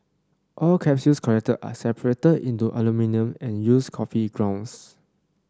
all capsules collected are separated into aluminium and used coffee grounds